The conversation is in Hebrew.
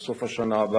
את משפחתו,